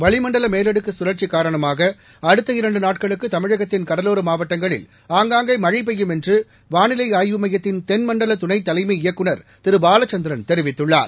வளிமண்டலமேலடுக்குகழற்சிகாரணமாகஅடுத்த இரண்டுநாட்களுக்குதமிழகத்தின் கடலோரமாவட்டங்களில் ஆங்காங்கேமழைபெய்யும் என்றுவாளிலைஆய்வு மையத்தின் தென் மண்டலதுணைதலைமை இயக்குநர் திருபாலச்சந்திரன் தெரிவித்துள்ளார்